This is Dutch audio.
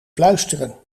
fluisteren